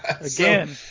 Again